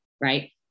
right